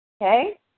Okay